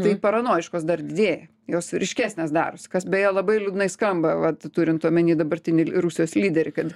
tai paranojiškos dar didėja jos ryškesnės darosi kas beje labai liūdnai skamba vat turint omeny dabartinį rusijos lyderį kad